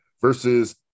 versus